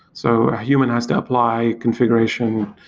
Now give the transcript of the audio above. so a human has to apply configuration,